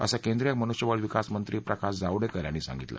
असं केंद्रीय मनुष्यबळ विकासमंत्री प्रकाश जावडेकर यांनी सांगितलं